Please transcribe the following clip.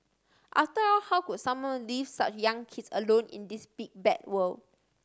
after all how could someone leave such young kids alone in this big bad world